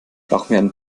brauchen